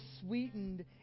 sweetened